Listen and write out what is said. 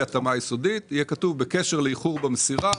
התאמה יסודית יהיה כתוב בקשר לאיחור במסירה,